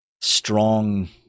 strong